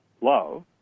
love